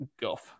guff